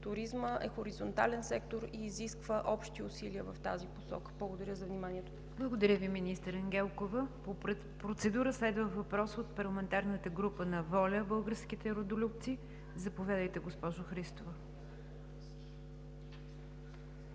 Туризмът е хоризонтален сектор и изисква общи усилия в тази посока. Благодаря за вниманието. ПРЕДСЕДАТЕЛ НИГЯР ДЖАФЕР: Благодаря Ви, министър Ангелкова. По процедура следва въпрос от парламентарната група на „ВОЛЯ – Българските Родолюбци“. Заповядайте, госпожо Христова.